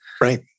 Right